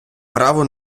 право